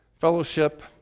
fellowship